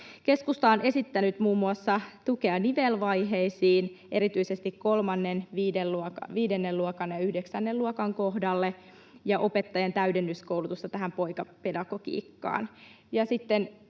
Keskusta on esittänyt muun muassa tukea nivelvaiheisiin, erityisesti kolmannen, viidennen ja yhdeksännen luokan kohdalle, opettajien täydennyskoulutusta tähän poikapedagogiikkaan